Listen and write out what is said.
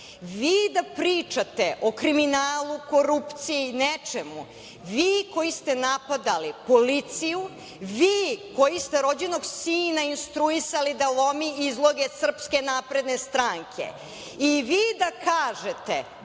da pričate o kriminalu, korupciji, nečemu, vi koji ste napadali policiju, vi koji ste rođenog sina instruisali da lomi izloge SNS i vi da kažete